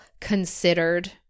considered